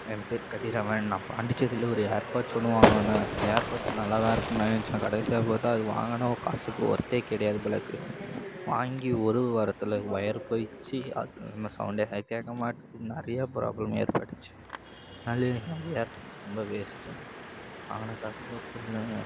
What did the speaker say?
என் பேர் கதிரவன் நான் பாண்டிச்சேரியில் ஒரு ஏர் பட்ஸ் ஒன்று வாங்க வந்தேன் ஏர் பட்ஸ் நல்லதாக இருக்கும்னு நினச்சன் கடைசியாக பார்த்தா அது வாங்கின காசுக்கு ஓர்த்தே கிடையாது போலக்கு வாங்கி ஒரு வாரத்தில் ஒயர் போய்டுச்சி சவுண்டே கேட்க மாட்டுன்து நிறையா ப்ராப்ளம் ஏற்பட்டுச்சி ஏர் பட்ஸ் ரொம்ப வேஸ்ட் வாங்கின காசுக்கு ஒர்த் இல்லைங்க